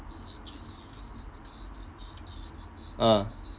ah